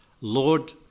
Lord